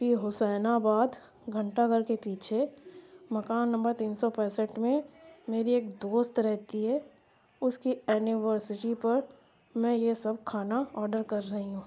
کہ حسین آباد گھنٹہ گھر کے پیچھے مکان نمبر تین سو پینسٹھ میں میری ایک دوست رہتی ہے اس کی اینیورسری پر میں یہ سب کھانا آڈر کر رہی ہوں